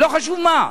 לא חשוב מה,